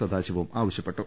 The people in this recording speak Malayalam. സദാശിവം ആവശ്യപ്പെട്ടു